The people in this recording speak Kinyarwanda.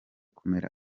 kumera